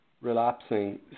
relapsing